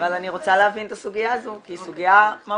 אבל אני רוצה להבין את הסוגיה הזו כי היא סוגיה מהותית.